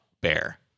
bear